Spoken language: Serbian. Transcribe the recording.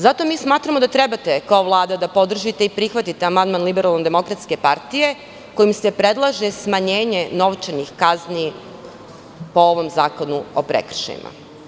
Zato mi smatramo da trebate kao Vlada da podržite i prihvatite amandman LDP, kojim se predlaže smanjenje novčanih kazni po ovom Zakonu o prekršajima.